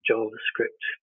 JavaScript